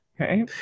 Okay